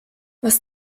was